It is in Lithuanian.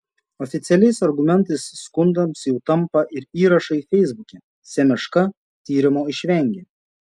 oficialiais argumentais skundams jau tampa ir įrašai feisbuke semeška tyrimo išvengė